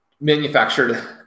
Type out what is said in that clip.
manufactured